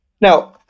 Now